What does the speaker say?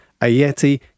Ayeti